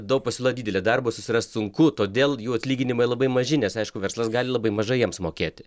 daug pasiūla didelė darbą susirast sunku todėl jų atlyginimai labai maži nes aišku verslas gali labai mažai jiems mokėti